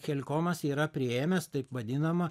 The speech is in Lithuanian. chelkomas yra priėmęs taip vadinamą